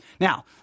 Now